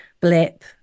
blip